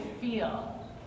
feel